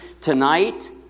Tonight